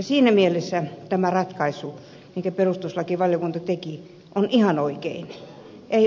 siinä mielessä tämä ratkaisu minkä perustuslakivaliokunta teki on ihan oikein